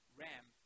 ram